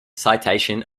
citation